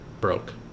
broke